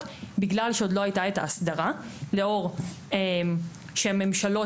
לאור חילופי הממשלות